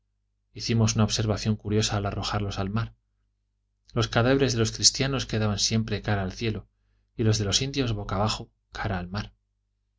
hicimos una observación curiosa al arrojarlos al mar los cadáveres de los cristianos quedaban siempre cara al cielo y los de los indios boca abajo cara al mar